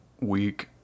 week